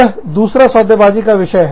यहां दूसरा सौदेबाजी विषय है